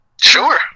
Sure